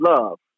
love